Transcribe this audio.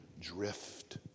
drift